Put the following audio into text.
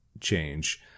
change